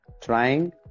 trying